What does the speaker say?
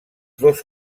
dos